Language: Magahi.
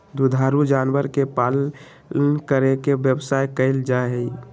दुधारू जानवर के पालन करके व्यवसाय कइल जाहई